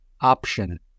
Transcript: option